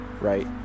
right